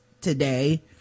today